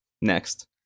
Next